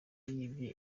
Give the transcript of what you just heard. yibye